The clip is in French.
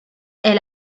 est